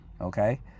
Okay